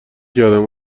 کردم